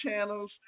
channels